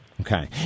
Okay